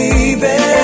Baby